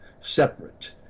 separate